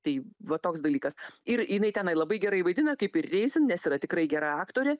tai va toks dalykas ir jinai tenai labai gerai vaidina kaip ir reisin nes yra tikrai gera aktorė